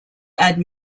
add